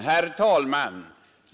Herr talman!